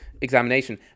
examination